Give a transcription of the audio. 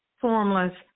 formless